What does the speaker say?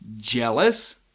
jealous